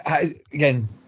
again